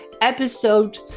episode